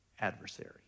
adversary